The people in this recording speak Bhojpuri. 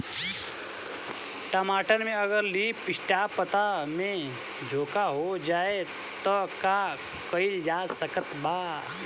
टमाटर में अगर लीफ स्पॉट पता में झोंका हो जाएँ त का कइल जा सकत बा?